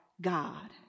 God